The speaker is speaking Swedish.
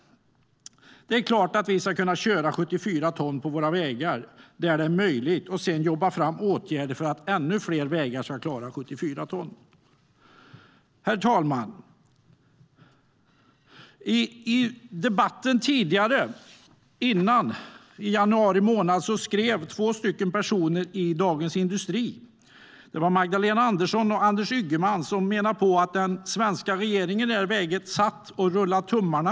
Det är klart att vi ska kunna köra 74 ton på våra vägar där det är möjligt och sedan vidta åtgärder för att ännu fler vägar ska klara 74 ton. Herr talman! I januari 2014 skrev Magdalena Andersson och Anders Ygeman i Dagens Industri att den svenska regeringen satt och rullade tummarna.